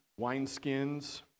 wineskins